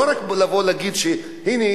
לא רק לבוא ולהגיד: הנה,